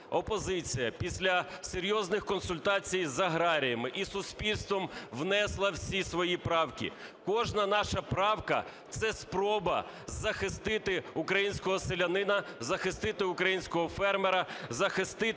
опозиція після серйозних консультацій з аграріями і з суспільством внесла всі свої правки. Кожна наша правка - це спроба захистити українського селянина, захистити українського фермера, захистити